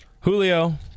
Julio